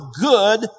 good